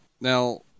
Now